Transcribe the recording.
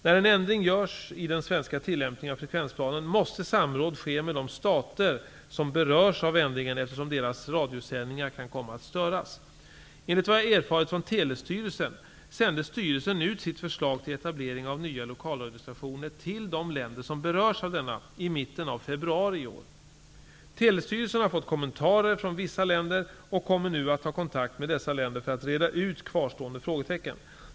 När en ändring görs i den svenska tillämpningen av frekvensplanen måste samråd ske med de stater som berörs av ändringen eftersom deras radiosändningar kan komma att störas. Enligt vad jag erfarit från Telestyrelsen sände styrelsen ut sitt förslag till etablering av nya lokalradiostationer till de länder som berörs av denna i mitten av februari i år. Telestyrelsen har fått kommentarer från vissa länder och kommer nu att ta kontakt med dessa länder för att reda ut kvarstående frågetecken.